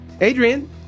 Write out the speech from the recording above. Adrian